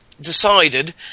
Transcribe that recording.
decided